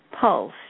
pulse